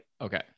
Okay